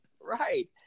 Right